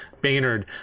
baynard